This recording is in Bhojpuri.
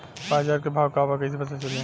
बाजार के भाव का बा कईसे पता चली?